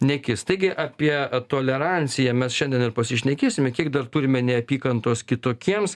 nekis taigi apie toleranciją mes šiandien ir pasišnekėsime kiek dar turime neapykantos kitokiems